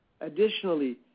Additionally